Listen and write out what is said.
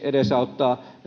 edesauttaa